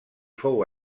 fou